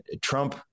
Trump